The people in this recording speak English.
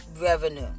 revenue